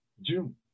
June